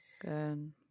good